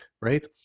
right